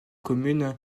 communes